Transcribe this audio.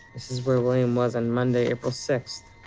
this is where william was on monday, april sixth.